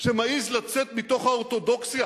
שמעז לצאת מתוך האורתודוקסיה